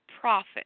profit